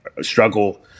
struggle